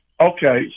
Okay